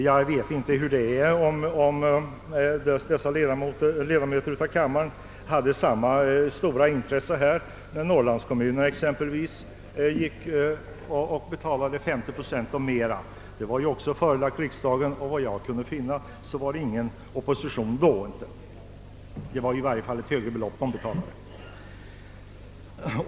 Jag vet inte om dessa ledamöter av kammaren var lika intresserade när exempelvis norrlandskommunerna betalade 50 procent och mera. Den frågan var också förelagd riksdagen, och efter vad jag kunde finna förekom det ingen opposition då, trots att det rörde sig om ett högre belopp.